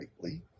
greatly